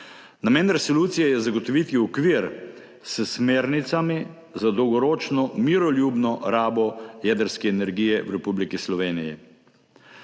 Namen resolucije je zagotoviti okvir s smernicami za dolgoročno miroljubno rabo jedrske energije v Republiki Sloveniji.